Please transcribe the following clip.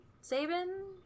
Sabin